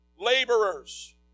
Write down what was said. laborers